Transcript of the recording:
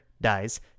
dies